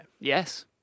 yes